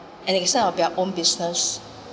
and they start up their own business